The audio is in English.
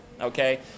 okay